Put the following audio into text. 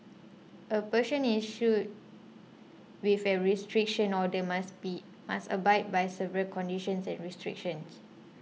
a person issued with a restriction order must be must abide by several conditions and restrictions